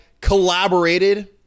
collaborated